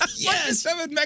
Yes